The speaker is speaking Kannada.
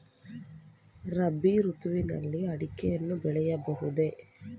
ರಾಬಿ ಋತುವಿನಲ್ಲಿ ಅಡಿಕೆಯನ್ನು ಬೆಳೆಯಬಹುದೇ?